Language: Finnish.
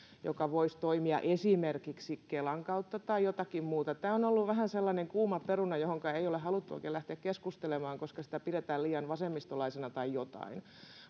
joka voisi toimia esimerkiksi kelan kautta tai jotenkin muuten tämä on ollut vähän sellainen kuuma peruna josta ei ole haluttu oikein lähteä keskustelemaan koska sitä pidetään liian vasemmistolaisena tai jotain